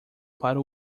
para